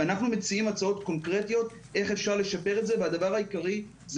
אנחנו מציעים הצעות קונקרטיות איך אפשר לשפר את זה והדבר העיקרי הוא